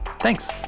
Thanks